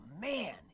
man